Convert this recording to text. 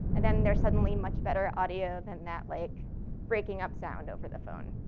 and then there's suddenly much better audio than that like breaking up sound over the phone.